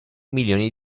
milioni